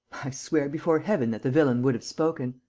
i swear before heaven that the villain would have spoken.